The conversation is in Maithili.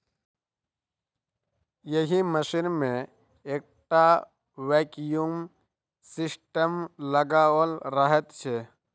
एहि मशीन मे एकटा वैक्यूम सिस्टम लगाओल रहैत छै